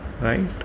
right